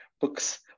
books